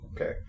okay